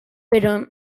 però